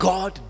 God